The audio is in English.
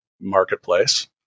marketplace